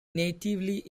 natively